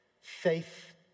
Faith